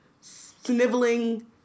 sniveling